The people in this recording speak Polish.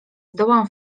zdołam